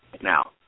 Now